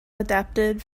adapted